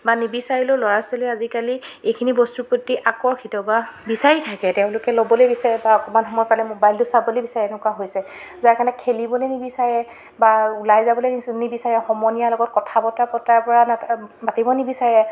বা নিবিচাৰিলেও ল'ৰা ছোৱালীয়ে আজিকালি এইখিনি বস্তুৰ প্ৰতি আকৰ্ষিত বা বিচাৰি থাকে তেওঁলোকে ল'বলৈ বিচাৰে বা অকণমান সময় পালে মোবাইলটো চাবলৈ বিচাৰে এনেকুৱা হৈছে যাৰ কাৰণে খেলিবলৈ নিবিচাৰে বা ওলাই যাবলৈ নিবিচাৰে সমনীয়াৰ লগত কথা বতৰা পতাৰ পৰা পাতিব নিবিচাৰে